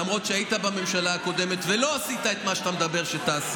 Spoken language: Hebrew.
למרות שהיית בממשלה הקודמת ולא עשית את מה שאתה אומר שתעשה,